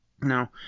Now